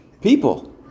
people